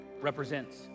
represents